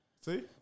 See